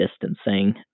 distancing